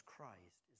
Christ